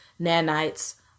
nanites